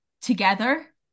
together